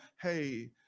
hey